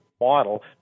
model